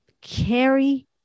carry